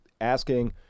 asking